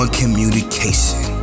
communication